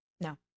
no